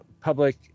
public